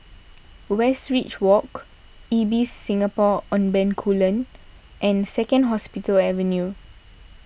Westridge Walk Ibis Singapore on Bencoolen and Second Hospital Avenue